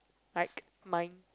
like mine